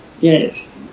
Yes